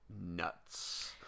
nuts